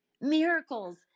Miracles